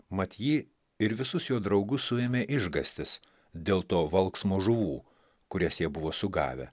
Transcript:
mat jį ir visus jo draugus suėmė išgąstis dėl to valksmo žuvų kurias jie buvo sugavę